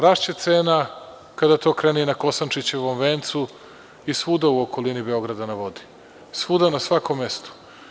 Rašće cena, kada to krene, i na Kosančićevom vencu i svuda u okolini „Beograda na vodi“, svuda na svakom mestu.